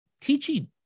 teaching